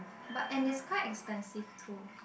but and is quite expensive too